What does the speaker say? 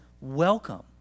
Welcome